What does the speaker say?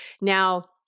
Now